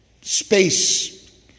space